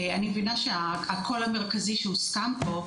אני מבינה שהקול המרכזי שהוסכם פה,